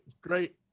great